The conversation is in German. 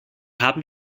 haben